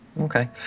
Okay